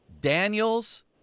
Daniels